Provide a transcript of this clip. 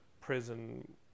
prison